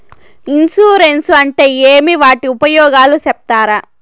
Insurance అంటే ఏమి? వాటి ఉపయోగాలు సెప్తారా?